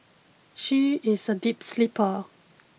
she is a deep sleeper